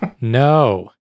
No